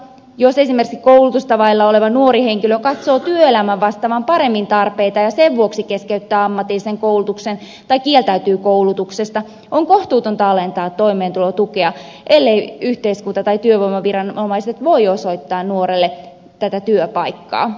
jos esimerkiksi koulutusta vailla oleva nuori henkilö katsoo työelämän vastaavan paremmin tarpeitaan ja sen vuoksi keskeyttää ammatillisen koulutuksen tai kieltäytyy koulutuksesta on kohtuutonta alentaa toimeentulotukea elleivät yhteiskunta tai työvoimaviranomaiset voi osoittaa nuorelle tätä työpaikkaa